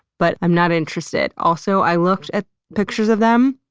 but i'm not interested. also, i looked at pictures of them.